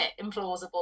implausible